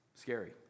Scary